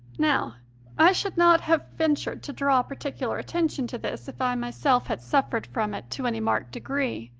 now i should not have ventured to draw particular attention to this if i myself had suffered from it to any marked degree,